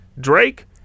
Drake